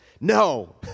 No